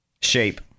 Shape